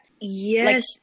Yes